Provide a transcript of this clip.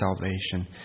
salvation